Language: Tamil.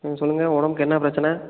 ம் சொல்லுங்க உடம்புக்கு என்ன பிரச்சின